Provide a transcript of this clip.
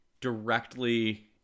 directly